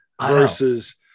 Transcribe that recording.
versus